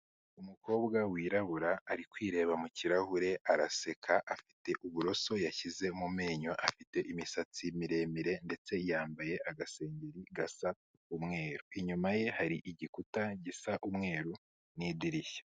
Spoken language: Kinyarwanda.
Umukobwa wirabura ari kwireba mu kirahure araseka afite uburoso yashyize mu menyo, afite imisatsi miremire ndetse yambaye agasengeri gasa umweru, inyuma ye hari igikuta gisa umweru n'idirishya.